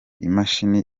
imashini